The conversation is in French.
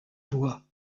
voies